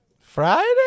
Friday